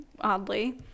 Oddly